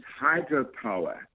hydropower